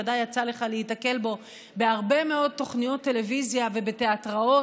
ודאי יצא לך להיתקל בו בהרבה מאוד תוכניות טלוויזיה ובתיאטראות,